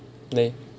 then